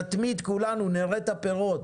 נתמיד כולנו ונראה את הפירות,